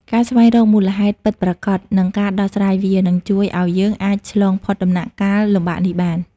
ការស្វែងរកមូលហេតុពិតប្រាកដ និងការដោះស្រាយវា នឹងជួយឲ្យយើងអាចឆ្លងផុតដំណាក់កាលលំបាកនេះបាន។